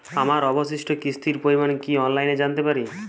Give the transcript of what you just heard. আমার অবশিষ্ট কিস্তির পরিমাণ কি অফলাইনে জানতে পারি?